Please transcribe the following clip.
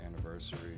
anniversary